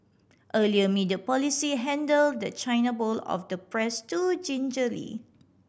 earlier media policy handle the China bowl of the press too gingerly